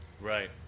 Right